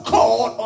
God